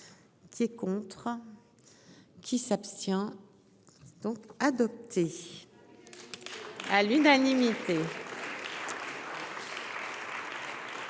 Qui est contre. Qui s'abstient. Donc adopté. À l'unanimité.